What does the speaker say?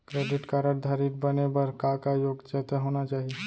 Credit card धारी बने बर का का योग्यता होना चाही?